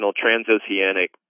transoceanic